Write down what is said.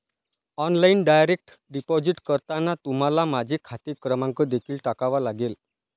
online direct deposit करताना तुम्हाला माझा खाते क्रमांक देखील टाकावा लागेल